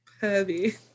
heavy